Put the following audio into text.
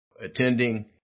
Attending